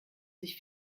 sich